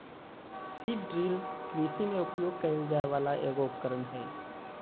seed drill कृषि में उपयोग कइल जाय वला एगो उपकरण हइ